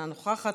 אינה נוכחת,